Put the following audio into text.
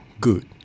good